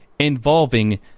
involving